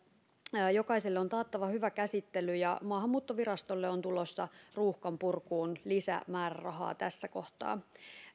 jokaiselle on taattava hyvä käsittely ja maahanmuuttovirastolle on tulossa ruuhkan purkuun lisämäärärahaa tässä kohtaa